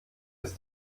ist